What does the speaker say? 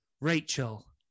Rachel